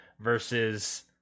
versus